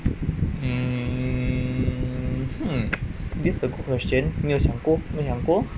um this is a question 没有想过没有想过